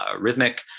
rhythmic